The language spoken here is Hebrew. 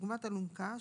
כדוגמת אלונקה,